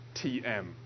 TM